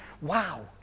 Wow